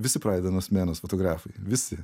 visi pradeda nuo smenos fotografijų visi